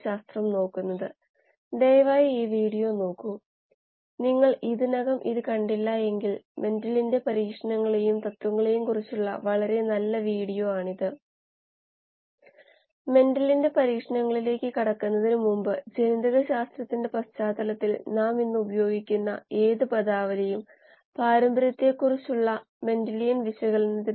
DO അളക്കുന്നതിനെ കുറിച്ച് പറഞ്ഞപ്പോൾ അവിടെ ചെറിയ ആശയക്കുഴപ്പം ഉണ്ടായിരുന്നു അതാണ് ഇവിടെ ഒരു പിശക് സംഭവിച്ചത് കാഥോഡ് പ്ലാറ്റിനവും ആനോഡ് വെള്ളിയുമാണ്